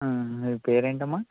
మీ పేరేంటమ్మా